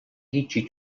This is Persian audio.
هیچی